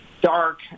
dark